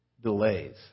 delays